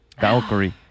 Valkyrie